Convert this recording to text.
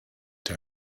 der